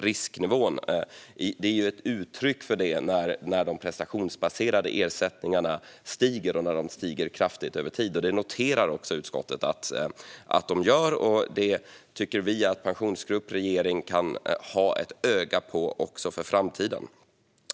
Detta kommer till uttryck när de prestationsbaserade ersättningarna stiger och när dessa stiger kraftigt över tid. Utskottet noterar att de gör så. Vi tycker att Pensionsgruppen och regeringen kan ha ett öga på detta också i framtiden.